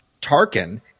Tarkin